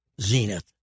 zenith